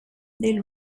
del